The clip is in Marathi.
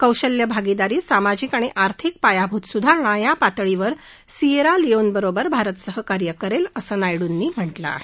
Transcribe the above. कौशल्य भागीदारी सामाजिक आणि आर्थिक पायाभूत सुधारणा या पातळीवर सियेरा लियोनबरोबर भारत सहकार्य करेल असं नायडूंनी म्हटलं आहे